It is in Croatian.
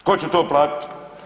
Tko će to platiti?